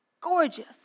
Gorgeous